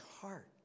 heart